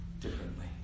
differently